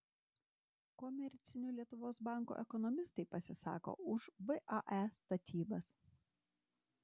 komercinių lietuvos bankų ekonomistai pasisako už vae statybas